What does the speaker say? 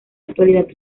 actualidad